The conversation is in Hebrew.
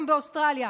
גם באוסטרליה,